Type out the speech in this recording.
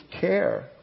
care